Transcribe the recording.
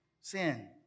sin